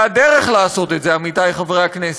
והדרך לעשות את זה, עמיתי חברי הכנסת,